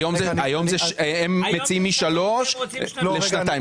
היום הם מציעים להוריד משלוש לשנתיים,